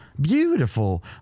beautiful